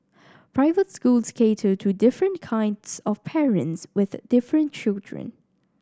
private schools cater to different kinds of parents with different children